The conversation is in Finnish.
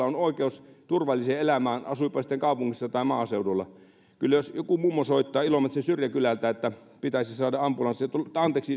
on oikeus turvalliseen elämään asuipa sitten kaupungissa tai maaseudulla jos joku mummo soittaa ilomantsin syrjäkylältä että pitäisi saada